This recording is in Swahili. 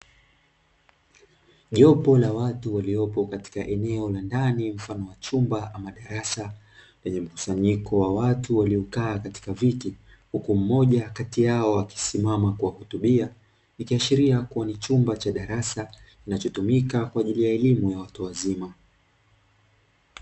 Jopo la watu waliopo katika eneo la ndani mfano wa chumba ama darasa, lenye mkusanyiko wa watu waliokaa katika viti huku mmoja kati yao akiwa akisimama kwa kutumia, ikiashiria kuwa ni chumba cha darasa kinachotumika kwa ajili ya elimu ya watu wazima.